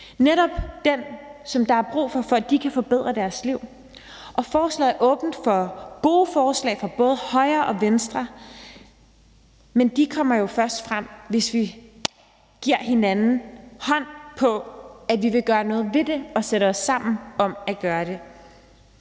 netop den, der er brug for, for at de kan forbedre deres liv. Og forslaget er åbent for gode forslag fra både højre og venstre, men de kommer jo først frem, hvis vi giver hinanden hånd på, at vi vil gøre noget ved det og sætter os sammen for at gøre det.